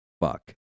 fuck